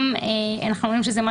שאנחנו לא רוצים שיקבעו